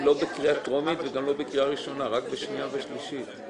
הנוסח המוצע והמוסכם על כולנו לסעיף 6 (א) הוא: